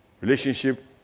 relationship